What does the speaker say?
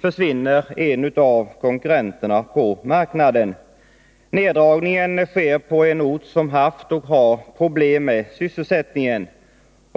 försvinner en av konkurrenterna på marknaden. Nedläggningen sker på en ort som har haft och har problem med sysselsättningen.